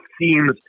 seems